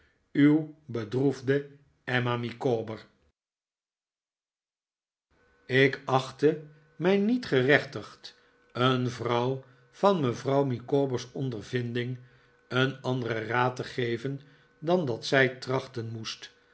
uw bedroefde emma micawber ik achtte mij niet gerechtigd een vrouw van me vrouw micawber's ondervinding een anderen raad te geven dan dat zij trachten moest